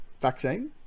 vaccine